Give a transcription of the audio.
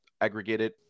aggregated